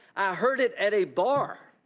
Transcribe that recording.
i heard it at a bar.